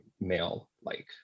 male-like